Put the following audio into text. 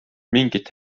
mingit